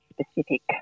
specific